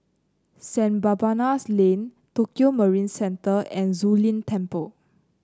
Saint Barnabas Lane Tokio Marine Centre and Zu Lin Temple